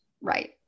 Right